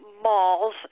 malls